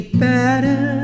better